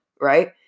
Right